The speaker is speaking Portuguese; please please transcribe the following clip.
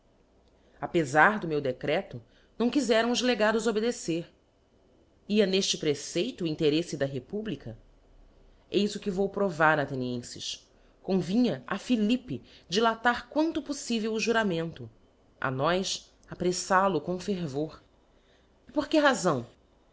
apefar do meu decreto nao a oração da coroa quizeram os legados obedecer ia nefte preceito o intereflfe da republica eis o que vou provar atheniénfes cori vinha a philippe dilatar quanto poffivel o juramento a nós apreffal o com fervor e porque razão